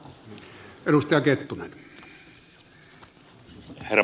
herra puhemies